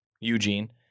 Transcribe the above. Eugene